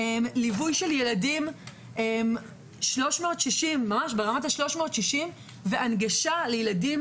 ליווי של ילדים ממש ברמת 360 והנגשה לילדים